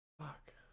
fuck